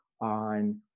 on